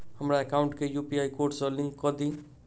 हमरा एकाउंट केँ UPI code सअ लिंक कऽ दिऽ?